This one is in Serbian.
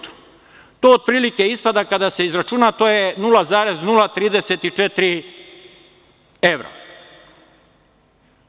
To otprilike ispada, kada se izračuna, to je 0,034 evra.